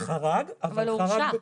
חרג -- אבל הוא הורשע.